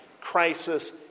crisis